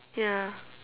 ya